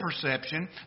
perception